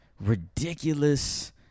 ridiculous